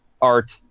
art